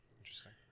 Interesting